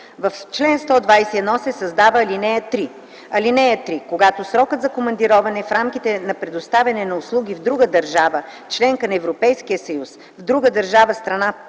В чл. 121 се създава ал. 3: „(3) Когато срокът на командироване в рамките на предоставяне на услуги в друга държава – членка на Европейския съюз, в друга държава-страна